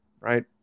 Right